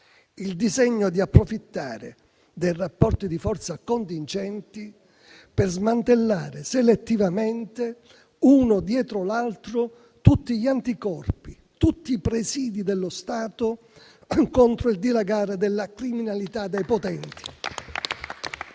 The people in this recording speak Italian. il disegno di approfittare dei rapporti di forza contingenti, per smantellare selettivamente, uno dietro l'altro, tutti gli anticorpi, tutti i presidi dello Stato contro il dilagare della criminalità dei potenti.